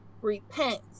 Repent